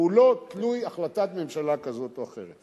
והוא לא תלוי החלטת ממשלה כזאת או אחרת.